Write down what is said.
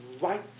right